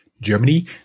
Germany